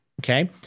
Okay